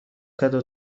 کدو